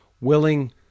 willing